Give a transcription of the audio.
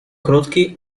krótki